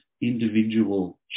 individual